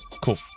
cool